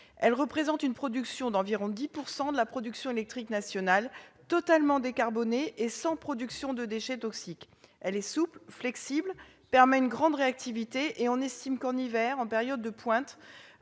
Elle représente une production d'environ 10 % de la production électrique nationale, totalement décarbonée et sans production de déchets toxiques. Elle est souple, flexible, permet une grande réactivité, et on estime qu'en hiver, en période de pointe,